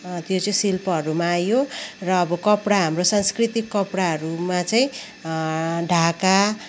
त्यो चाहिँ शिल्पहरूमा आयो र अब कपडा हाम्रो सांस्कृतिक कपडाहरूमा चाहिँ ढाका